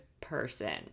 person